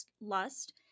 lust